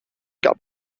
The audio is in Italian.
capo